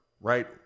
right